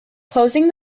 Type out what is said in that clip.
closing